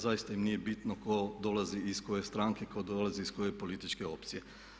Zaista im nije bitno tko dolazi iz koje stranke, tko dolazi iz koje političke opcije.